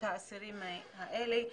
את האסירים האלה.